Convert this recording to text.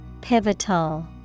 Pivotal